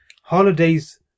holidays